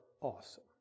awesome